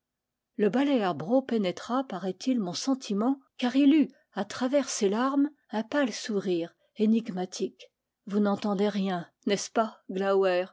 le balèer bro pénétra paraît-il mon sentiment car il eut a travers ses larmes un pâle sourire énigmatique vous n'entendez rien n'est-ce pas